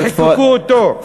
שחוקקו אותו,